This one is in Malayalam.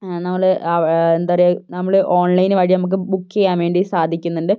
നമ്മൾ എന്താ പറയുക നമ്മൾ ഓൺലൈന് വഴി നമുക്ക് ബുക്ക് ചെയ്യാൻവേണ്ടി സാധിക്കുന്നുണ്ട്